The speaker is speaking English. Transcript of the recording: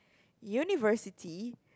university